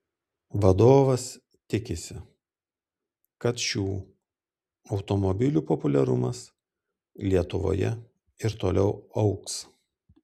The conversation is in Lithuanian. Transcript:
vadovas tikisi kad šių automobilių populiarumas lietuvoje ir toliau augs